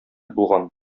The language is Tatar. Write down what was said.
булган